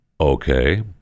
Okay